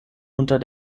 unter